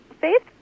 Faith